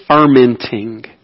fermenting